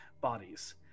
bodies